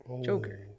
Joker